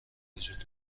وجود